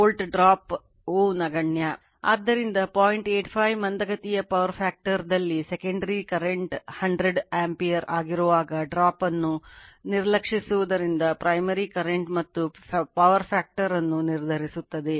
85 ಮಂದಗತಿಯ power factor ವನ್ನು ನಿರ್ಧರಿಸುತ್ತದೆ